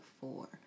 four